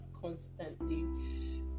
constantly